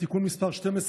תודה רבה.